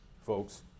folks